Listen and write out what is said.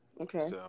Okay